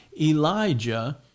Elijah